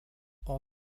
all